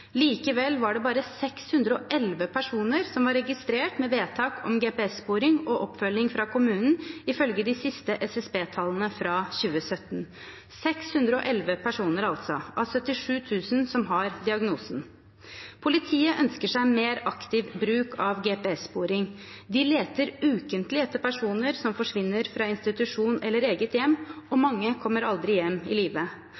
Likevel var det bare 611 personer som var registrert med vedtak om GPS-sporing og oppfølging fra kommunen, ifølge de siste SSB-tallene, fra 2017. 611 personer, altså – av 77 000 som har diagnosen. Politiet ønsker seg mer aktiv bruk av GPS-sporing. De leter ukentlig etter personer som forsvinner fra institusjon eller eget hjem. Mange kommer aldri hjem i live, og